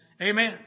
Amen